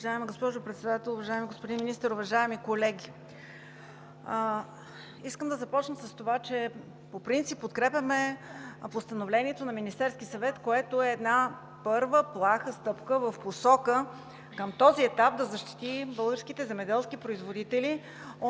Уважаема госпожо Председател, уважаеми господин Министър, уважаеми колеги! Искам да започна с това, че по принцип подкрепяме Постановлението на Министерския съвет, което е една първа плаха стъпка в посока към този етап да защити българските земеделски производители